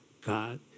God